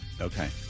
Okay